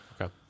Okay